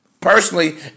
Personally